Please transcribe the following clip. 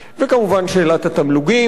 כמובן, שאלת התמלוגים,